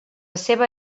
seva